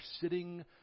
sitting